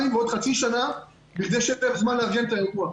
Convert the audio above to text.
ולעוד חצי שנה כדי שיהיה יותר זמן לארגן את האירוע.